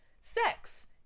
sex